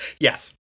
yes